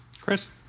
Chris